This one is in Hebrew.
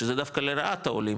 שזה דווקא לרעת העולים,